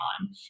on